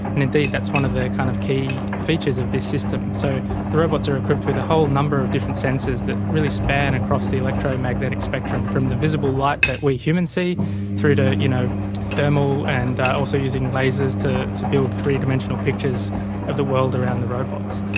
and indeed that's one of the kind of key features of this system. so the robots are equipped with a whole number of different sensors that really span across the electromagnetic spectrum, from the visible light that we humans see through to you know thermal and also using lasers to to build three-dimensional pictures of the world around the robots.